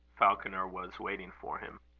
falconer was waiting for him.